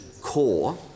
core